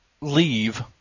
leave